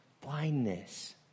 blindness